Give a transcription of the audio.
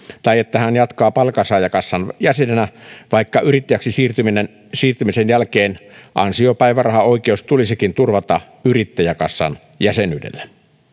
tai sitä että hän jatkaa palkansaajakassan jäsenenä vaikka yrittäjäksi siirtymisen jälkeen ansiopäivärahaoikeus tulisikin turvata yrittäjäkassan jäsenyydellä